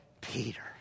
Peter